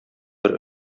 бер